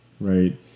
Right